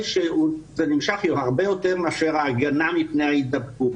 שזה נמשך הרבה יותר מאשר ההגנה מפני ההידבקות.